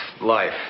life